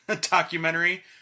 documentary